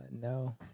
no